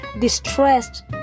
distressed